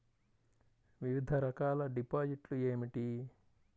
వివిధ రకాల డిపాజిట్లు ఏమిటీ?